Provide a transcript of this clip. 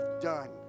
done